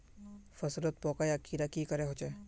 फसलोत पोका या कीड़ा की करे होचे?